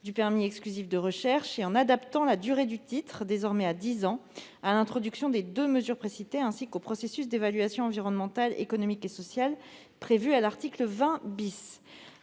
du permis exclusif de recherches et à adapter la durée du titre, désormais fixée à dix ans, à l'introduction des deux mesures précitées, ainsi qu'au processus d'évaluation environnementale, économique et sociale, prévu à l'article 20 .